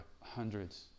hundreds